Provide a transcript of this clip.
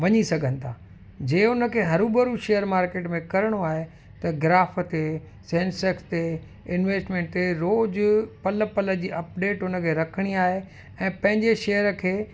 वञी सघनि था जे उन खे हरु भरु शेयर मार्केट में करिणो आहे त ग्राफ़ ते सेंसर ते इंवेस्टमेंट ते रोज़ु पल पल जी अपडेट उन खे रखणी आहे ऐं पंहिंजे शेयर खे